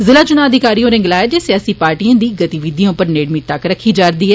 जिला चुनां अधिकारी होरें गलाया जे सियासी पार्टियें दी गतिविधियें उप्पर नेड़मी तक्क रक्खी जा'रदी ऐ